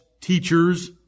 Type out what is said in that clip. teachers